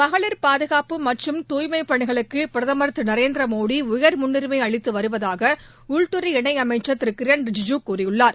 மகளிர் பாதுகாப்பு மற்றும் தூய்மைப் பணிகளுக்கு பிரதமர் திரு நரேந்திரமோடி உயர் முன்னுரிமை அளித்து வருவதாக உள்துறை இணை அமைச்சர் திரு கிரண் ரிஜிஜு கூறியுள்ளார்